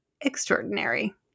extraordinary